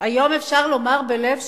היום אפשר לומר בלב שלם: